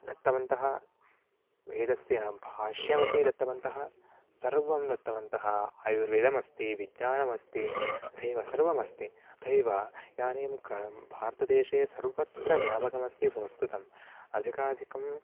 दत्तवन्तः वेदस्य भाष्यमपि दत्तवन्तः सर्वं दत्तवन्तः आयुर्वेदम् अस्ति विज्ञानम् अस्ति तथैव सर्वम् अस्ति अथैव इदानीं क भारतदेशे सर्वत्र व्यापकमस्ति संस्कृतम् अधिकाधिकं